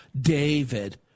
David